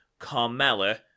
Carmella